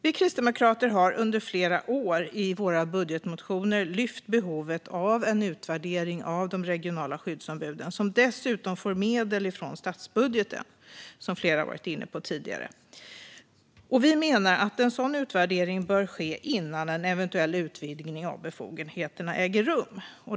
Vi kristdemokrater har under flera år i våra budgetmotioner lyft upp behovet av en utvärdering av de regionala skyddsombuden, som dessutom får medel från statsbudgeten, vilket flera tidigare har varit inne på. Vi menar att en sådan utvärdering bör ske innan en eventuell utvidgning av befogenheterna äger rum.